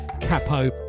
Capo